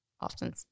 often